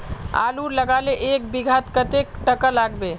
आलूर लगाले एक बिघात कतेक टका लागबे?